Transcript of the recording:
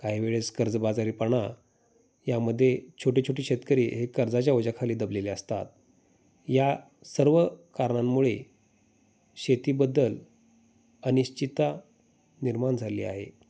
काही वेळेस कर्जबाजारीपणा यामध्ये छोटे छोटे शेतकरी हे कर्जाच्या ओझ्याखाली दबलेले असतात या सर्व कारणांमुळे शेतीबद्दल अनिश्चितता निर्माण झाली आहे